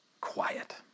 quiet